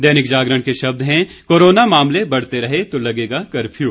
दैनिक जागरण के शब्द हैं कोरोना मामले बढ़ते रहे तो लगेगा कफ़र्यु